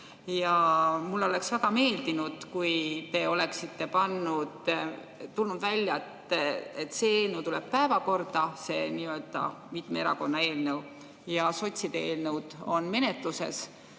Mulle oleks väga meeldinud, kui te oleksite tulnud välja sellega, et see eelnõu tuleb päevakorda, see nii-öelda mitme erakonna eelnõu, ja sotside eelnõu on menetluses,